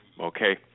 Okay